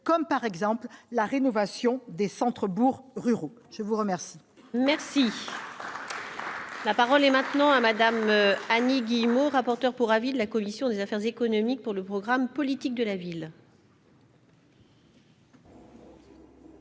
comme par exemple la rénovation des centres bourgs ruraux, je vous remercie, merci. La parole est maintenant à Madame Annie Guillemot rapporteur. Pour avis de la commission des affaires économiques pour le programme politique de la ville.